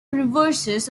reverses